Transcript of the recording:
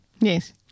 yes